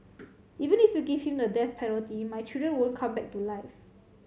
even if you give him the death penalty my children won't come back to life